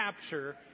capture